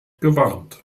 gewarnt